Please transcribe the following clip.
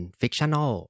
fictional